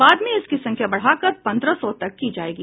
बाद में इसकी संख्या बढ़ाकर पंद्रह सौ तक की जायेगी